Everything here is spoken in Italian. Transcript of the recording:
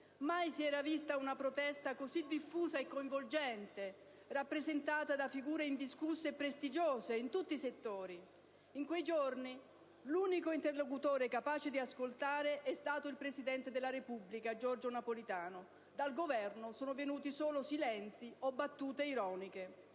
Mai si era vista una protesta così diffusa e coinvolgente, rappresentata da figure indiscusse e prestigiose in tutti i settori. In quei giorni l'unico interlocutore capace di ascoltare è stato il presidente della Repubblica, Giorgio Napolitano. Dal Governo sono venuti solo silenzi o battute ironiche.